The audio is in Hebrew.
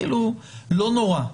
לא נורא.